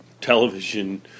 television